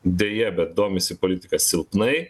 deja bet domisi politika silpnai